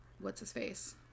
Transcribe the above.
what's-his-face